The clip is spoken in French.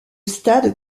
stade